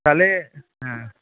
তাহলে হ্যাঁ